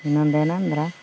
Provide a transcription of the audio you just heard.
ಇನ್ನೊಂದೇನಂದ್ರ